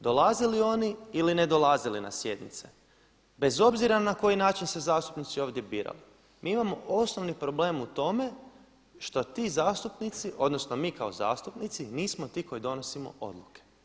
Dolazili oni ili ne dolazili na sjednice, bez obzira na koji način se zastupnici ovdje birali, mi imamo osnovni problem u tome šta ti zastupnici, odnosno mi kao zastupnici nismo ti koji donosimo odluke.